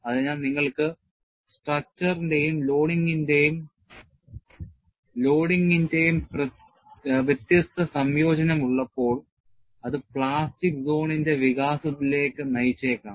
അതിനാൽ നിങ്ങൾക്ക് സ്ട്രക്ചറിന്റെയും ലോഡിംഗിന്റെയും വ്യത്യസ്ത സംയോജനം ഉള്ളപ്പോൾ അത് പ്ലാസ്റ്റിക് സോണിന്റെ വികാസത്തിലേക്ക് നയിച്ചേക്കാം